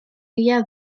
guia